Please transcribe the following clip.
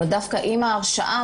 אבל דווקא עם ההרשעה,